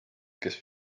kes